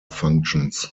functions